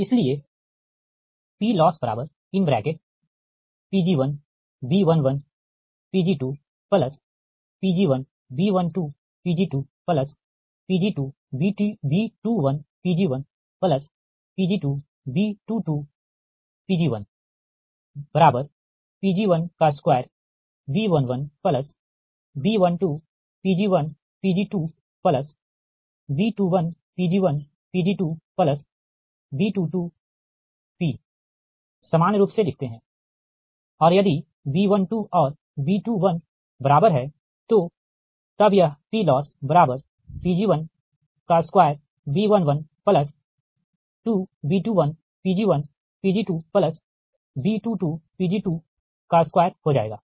इसलिए PLossPg1B11Pg1Pg1B12Pg2Pg2B21Pg1Pg2B22Pg2Pg12B11B12Pg1Pg2B21Pg1Pg2B22Pg22 सामान्य रूप से लिखते है और यदि B12 और B21 बराबर है तो तब यह PLossPg12B112B21Pg1Pg2B22Pg22 हो जाएगा